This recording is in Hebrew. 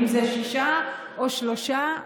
אם שישה או שלושה.